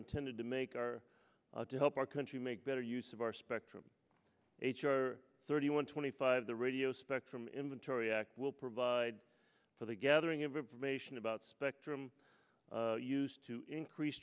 intended to make are to help our country make better use of our spectrum h r thirty one twenty five the radio spectrum inventory act will provide for the gathering of information about spectrum used to increase